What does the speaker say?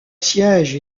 siège